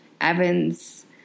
Evans